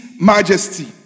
majesty